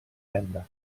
venda